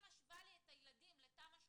היא משווה את הילדים לתמ"א 38,